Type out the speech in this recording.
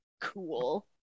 cool